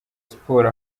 siporo